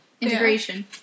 Integration